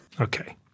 Okay